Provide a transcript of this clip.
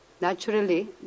Naturally